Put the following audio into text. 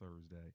Thursday